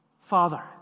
father